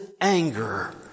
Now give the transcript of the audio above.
anger